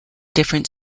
different